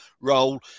role